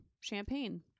champagne